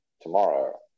tomorrow